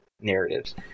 narratives